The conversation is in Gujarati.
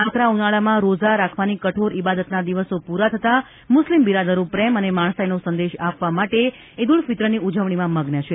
આકરા ઉનાળામાં રોજા રાખવાની કઠોર ઇબાદતના દિવસો પુરા થતા મુસ્લિમ બિરાદરો પ્રેમ અને માણસાઇનો સંદેશ આપવા સાથે ઇદ ઉલ ફિત્રની ઉજળણીમાં મગ્ન છે